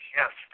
yes